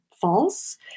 false